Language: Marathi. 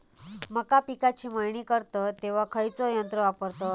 मका पिकाची मळणी करतत तेव्हा खैयचो यंत्र वापरतत?